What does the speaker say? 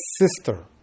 sister